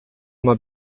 uma